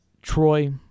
Troy